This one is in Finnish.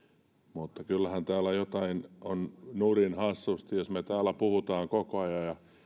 mutta kyllähän täällä jotain on nurin hassusti jos me täällä puhumme koko ajan